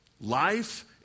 Life